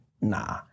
Nah